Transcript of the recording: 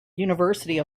university